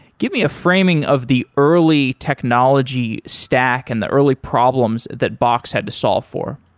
give me a framing of the early technology stack and the early problems that box had to solve for.